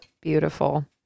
beautiful